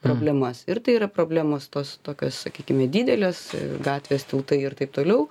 problemas ir tai yra problemos tos tokios sakykime didelės gatvės tiltai ir taip toliau